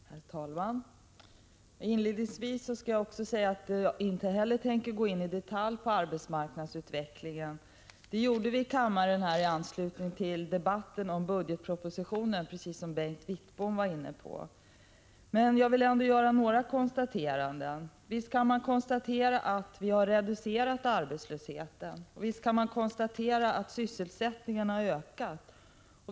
Herr talman! Inledningsvis vill jag säga att inte heller jag tänker gå in i detalj på frågor som rör arbetsmarknadsutvecklingen. Som Bengt Wittbom sade gjorde vi det i anslutning till debatten om budgetpropositionen. Jag vill ändå göra några konstateranden. Visst kan man konstatera att vi har reducerat arbetslösheten och att sysselsättningen har ökat.